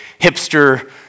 hipster